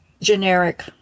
generic